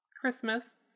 christmas